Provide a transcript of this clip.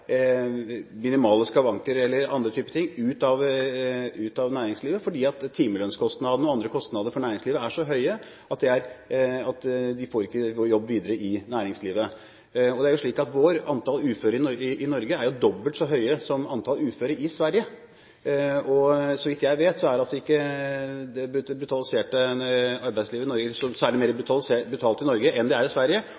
minimale skavanker eller andre typer ting, ut av arbeidslivet fordi timelønnskostnadene og andre kostnader for næringslivet er så høye at de får ikke jobbe videre i næringslivet. Antallet uføre i Norge er dobbelt så høyt som antall uføre i Sverige. Så vidt jeg vet, er ikke arbeidslivet i Norge noe særlig mer brutalt enn i Sverige. Jeg har ingen grunn til å tro at nordmenn skulle være noe særlig sykere eller